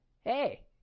hey